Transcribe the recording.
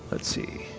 let's see,